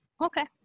Okay